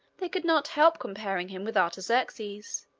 they could not help comparing him with artaxerxes.